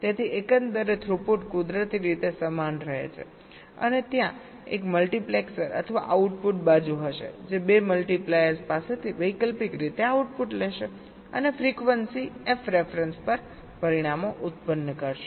તેથી એકંદર થ્રુપુટ કુદરતી રીતે સમાન રહે છે અને ત્યાં એક મલ્ટિપ્લેક્સર અથવા આઉટપુટ બાજુ હશે જે 2 મલ્ટિપ્લાયર્સ પાસેથી વૈકલ્પિક રીતે આઉટપુટ લેશે અને ફ્રીક્વન્સી f રેફરન્સ પર પરિણામો ઉત્પન્ન કરશે